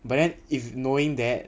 but then if knowing that